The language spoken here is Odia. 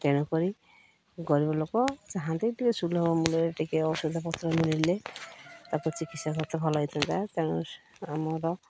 ତେଣୁକରି ଗରିବ ଲୋକ ଚାହାନ୍ତି ଟିକେ ସୁଲଭ ମୂଲ୍ୟରେ ଟିକେ ଔଷଧ ପତ୍ର ମିଳିଲେ ତାକୁ ଚିକିତ୍ସା ଖର୍ଚ୍ଚ ଭଲ ହୋଇଥାନ୍ତା ତେଣୁ ଆମର